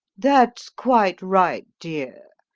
that's quite right, dear.